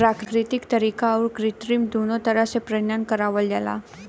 प्राकृतिक तरीका आउर कृत्रिम दूनो तरह से प्रजनन करावल जाला